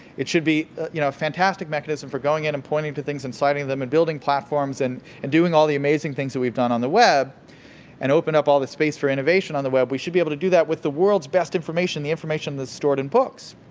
it should be a you know fantastic mechanism for going in and pointing to things and citing them and building platforms and and doing all the amazing things that we've done on the web and open up all space for innovation on the web. we should be able to to that with the world's best information the information that's stored in books,